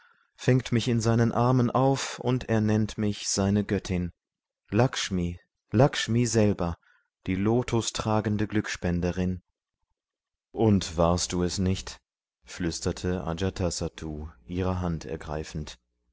fängt mich in seinen armen auf und er nennt mich seine göttin lackshmi selber die lotustragende glückspenderin und warst du es nicht flüsterte ajatasattu ihre hand ergreifend